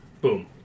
Boom